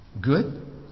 Good